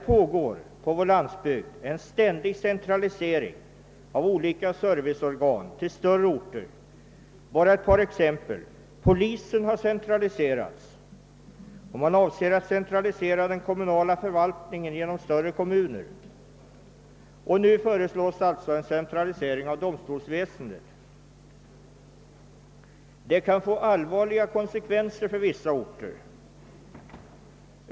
På vår landsbygd pågår en ständig centralisering av olika serviceorgan till större orter. Låt mig nämna ett par exempel. Polisen har centraliserats och man avser att centralisera den kommunala förvaltningen inom större kommuner. Nu föreslås också en centralisering av domstolsväsendet. Detta kan få allvarliga konsekvenser för vissa orter.